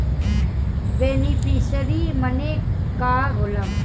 Beneficiary मने का होला?